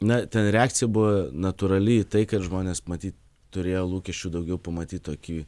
na ten reakcija buvo natūrali į tai kad žmonės matyt turėjo lūkesčių daugiau pamatyt tokį